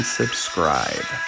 subscribe